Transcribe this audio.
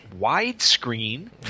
widescreen